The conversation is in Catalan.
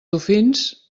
dofins